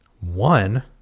One